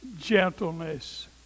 gentleness